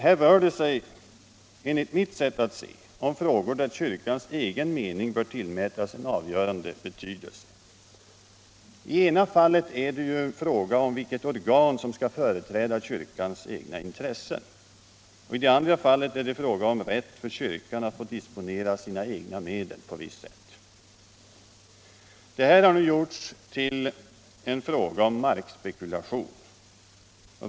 Här rör det sig enligt mitt sätt att se om frågor där kyrkans egen mening bör tillmätas en avgörande betydelse. I ena fallet är det fråga om vilket organ som skall företräda kyrkans egna intressen, i andra fallet gäller det rätt för kyrkan att få disponera sina egna medel. Detta har nu gjorts till en fråga om markspekulation.